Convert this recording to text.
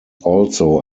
also